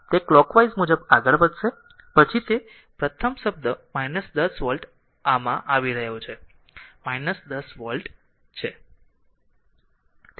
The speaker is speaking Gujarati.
તે કલોકવાઈઝ મુજબ આગળ વધશે પછી તે મુજબ પ્રથમ શબ્દ 10 વોલ્ટ r આમાં આવી રહ્યો છે 10 વોલ્ટ છે